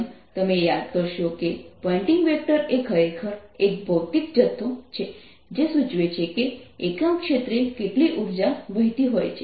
જેમ તમે યાદ કરશો કે પોઇન્ટિંગ વેક્ટર એ ખરેખર એક ભૌતિક જથ્થો છે જે સૂચવે છે કે એકમ ક્ષેત્રે કેટલી ઉર્જા વહેતી હોય છે